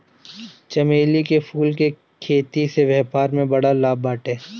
चमेली के फूल के खेती से व्यापार में बड़ा लाभ बाटे